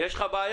יש פה בעיה.